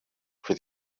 for